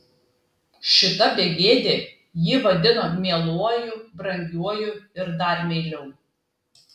šita begėdė jį vadino mieluoju brangiuoju ir dar meiliau